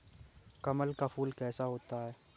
कमल का फूल कैसा होता है?